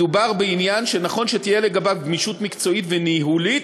מדובר בעניין שנכון שתהיה לגביו גמישות מקצועית וניהולית,